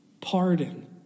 pardon